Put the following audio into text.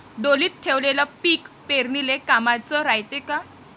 ढोलीत ठेवलेलं पीक पेरनीले कामाचं रायते का?